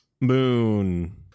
moon